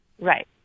Right